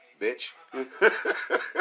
bitch